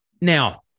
Now